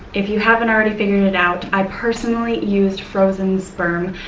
if you haven't already figured it out, i personally used frozen sperm.